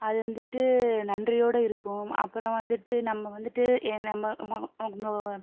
அது வந்துட்டு நன்றியோடு இருக்கும் அப்புறம் வந்துட்டு நம்ம வந்துட்டு